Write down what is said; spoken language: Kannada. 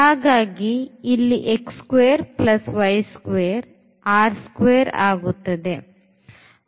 ಹಾಗಾಗಿ ಇಲ್ಲಿ ಆಗುತ್ತದೆ